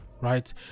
right